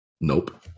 nope